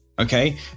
Okay